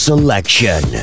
Selection